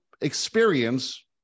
experience